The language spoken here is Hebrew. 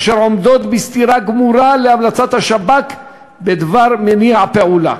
אשר עומדות בסתירה גמורה להמלצת השב"כ בדבר מניע הפעולה.